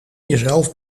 jezelf